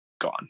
gone